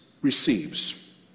receives